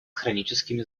хроническими